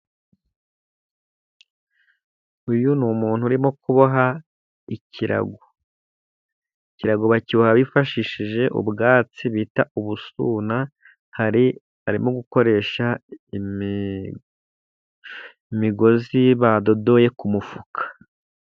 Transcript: Iyu ni umuntu uri kuboha ikirago, ikirago bakiboha bifashishije ubwatsi bita ubusuna, ari gukoresha imigozi badodoye ku mufuka.